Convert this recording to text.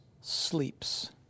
sleeps